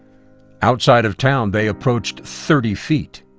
outside of town, they approached thirty feet.